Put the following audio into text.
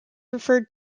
referred